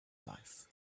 life